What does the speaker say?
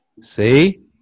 See